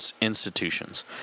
institutions